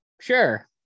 sure